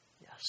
yes